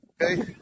Okay